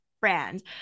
Brand